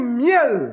miel